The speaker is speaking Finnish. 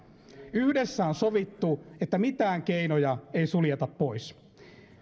yhdessä on sovittu että mitään keinoja ei suljeta pois